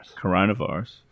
coronavirus